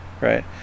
right